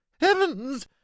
Heavens